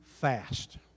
fast